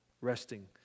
resting